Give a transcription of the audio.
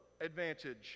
advantage